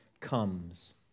comes